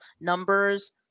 numbers